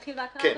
הקראה.